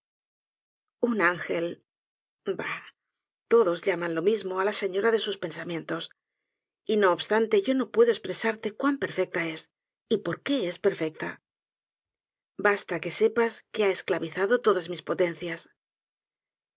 un ángel bah todos llaman lo mismo á la señora de sus pensamientos y no obstante yo no puedo espresarte cuan perfecta es y por qué es perfecta basta que sepas que ha esclavizado todas mis potencias